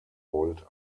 volt